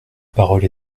parole